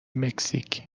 مکزیک